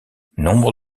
nombre